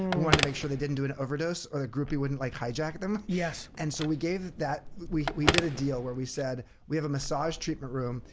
wanted to make sure they didn't do an overdose or that a groupie wouldn't, like, hijack them. yes. and so we gave that we we did a deal where we said, we have a massage treatment room,